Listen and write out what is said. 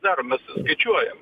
darom mes skaičiuojam